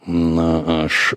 na aš